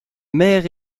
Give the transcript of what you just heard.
mère